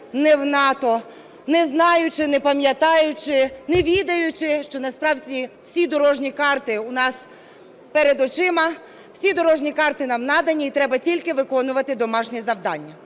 не в НАТО, не знаючи, не пам'ятаючи, не відаючи, що насправді всі дорожні карти у нас перед очима, всі дорожні карти нам надані і треба тільки виконувати домашнє завдання.